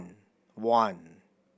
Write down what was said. one